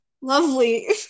lovely